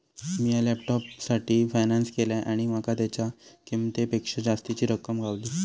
मिया लॅपटॉपसाठी फायनांस केलंय आणि माका तेच्या किंमतेपेक्षा जास्तीची रक्कम गावली